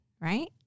Right